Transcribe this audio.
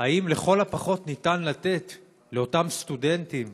האם, לכל הפחות, ניתן לתת לאותם סטודנטים